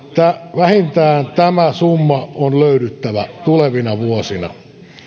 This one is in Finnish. vähintään tämä summa on löydyttävä tulevina vuosina